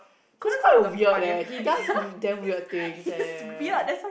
he's quite weird eh he does damn weird things eh